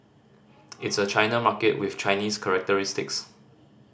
it's a China market with Chinese characteristics